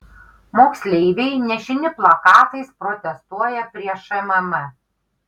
moksleiviai nešini plakatais protestuoja prie šmm